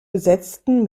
besetzten